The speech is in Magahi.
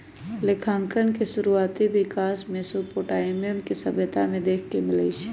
लेखांकन के शुरुआति विकास मेसोपोटामिया के सभ्यता में देखे के मिलइ छइ